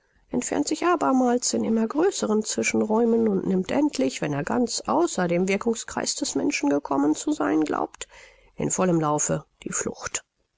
entfernt sich abermals in immer größeren zwischenräumen und nimmt endlich wenn er ganz außer dem wirkungskreis des menschen gekommen zu sein glaubt in vollem laufe die flucht